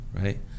right